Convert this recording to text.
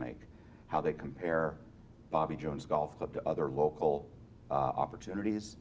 make how they compare bobby jones golf with the other local opportunities